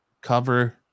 cover